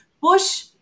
push